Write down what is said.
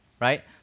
Right